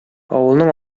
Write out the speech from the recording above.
авылның